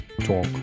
Talk